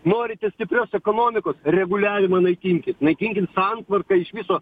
norite stiprios ekonomikos reguliavimą naikinkit naikinkit santvarką iš viso